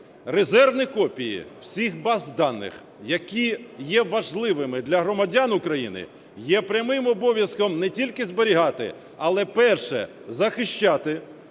Резервні копії всіх баз даних, які є важливими для громадян України, є прямим обов'язком не тільки зберігати, але, перше – захищати.